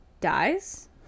dies